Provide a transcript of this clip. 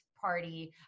party